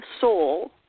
soul